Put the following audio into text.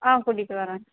ஆ கூட்டிகிட்டு வரேன்